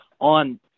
on